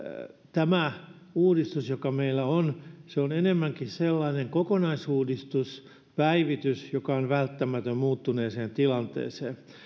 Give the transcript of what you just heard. tämä uudistus joka meillä on on enemmänkin sellainen kokonaisuudistus päivitys joka on välttämätön muuttuneeseen tilanteeseen